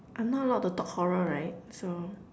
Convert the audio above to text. I'm not allowed to talk horror right so